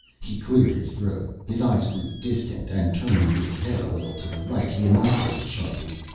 he cleared his throat, his eyes grew distant and, turning his head a little to the right, he enunciated sharply,